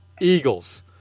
Eagles